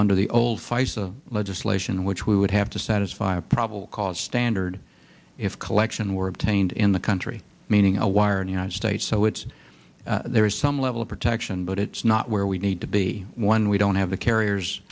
under the old fights the legislation which we would have to satisfy a probable cause standard if collection were obtained in the country meaning a wired united states so it's there is some level of protection but it's not where we need to be when we don't have the carriers